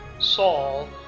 Saul